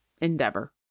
endeavor